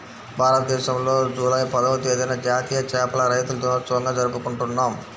భారతదేశంలో జూలై పదవ తేదీన జాతీయ చేపల రైతుల దినోత్సవంగా జరుపుకుంటున్నాం